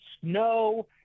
snow